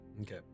Okay